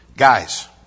guys